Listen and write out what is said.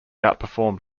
outperformed